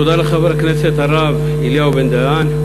תודה לחבר הכנסת הרב אליהו בן-דהן,